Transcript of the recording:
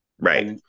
Right